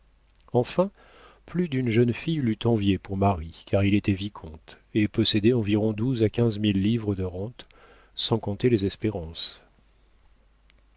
enfin plus d'une jeune fille l'eût envié pour mari car il était vicomte et possédait environ douze à quinze mille livres de rentes sans compter les espérances